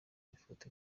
ifoto